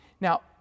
Now